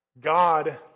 God